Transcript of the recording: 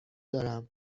دارم